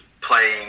playing